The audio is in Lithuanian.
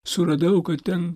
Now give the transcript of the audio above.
suradau kad ten